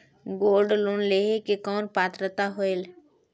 Gold loan लेहे के कौन पात्रता होएल?